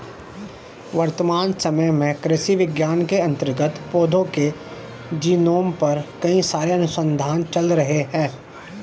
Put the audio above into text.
वर्तमान समय में कृषि विज्ञान के अंतर्गत पौधों के जीनोम पर कई सारे अनुसंधान चल रहे हैं